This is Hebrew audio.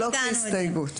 לא כהסתייגות.